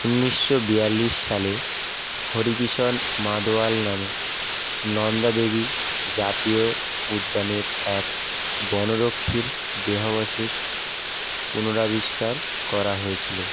উনিশশো বিয়াল্লিশ সালে হরিকিষণ মাদোয়াল নামে নন্দাদেবী জাতীয় উদ্যানের এক বনরক্ষীর দেহাবশেষ পুনরাবিষ্কার করা হয়েছিলো